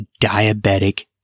diabetic